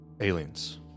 Aliens